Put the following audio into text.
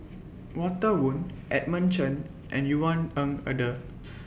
Walter Woon Edmund Chen and Yvonne Ng Uhde